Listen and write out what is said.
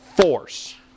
force